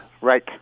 Right